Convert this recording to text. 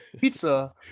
pizza